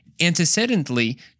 antecedently